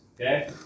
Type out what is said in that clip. Okay